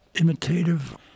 imitative